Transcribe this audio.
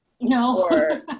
No